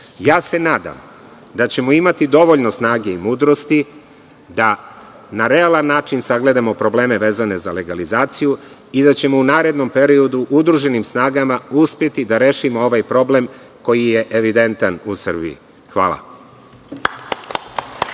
se da ćemo imati dovoljno snage i mudrosti da na realan način sagledamo probleme vezane za legalizaciju i da ćemo u narednom periodu udruženim snagama uspeti da rešimo ovaj problem koji je evidentan u Srbiji. Hvala.